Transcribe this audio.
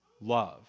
love